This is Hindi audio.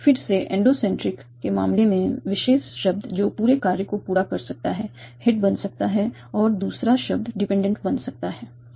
फिर से एंडोसेंट्रिक के मामले में विशेष शब्द जो पूरे कार्य को पूरा कर सकता है हेड बन सकता है और दूसरा शब्द डिपेंडेंट बन सकता है